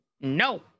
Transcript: No